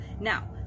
now